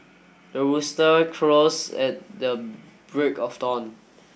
the rooster crows at the break of dawn